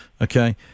Okay